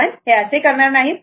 आपण हे करणार नाहीत